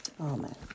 Amen